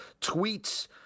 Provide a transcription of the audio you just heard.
tweets